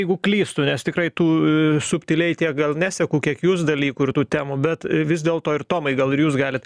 jeigu klystu nes tikrai tų subtiliai tiek gal neseku kiek jūs dalykų ir tų temų bet vis dėl to ir tomai gal ir jūs galit